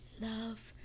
love